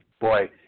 Boy